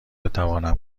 بتوانم